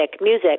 music